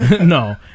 No